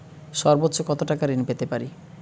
সর্বোচ্চ কত টাকা ঋণ পেতে পারি?